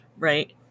Right